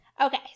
Okay